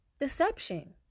deception